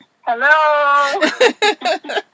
Hello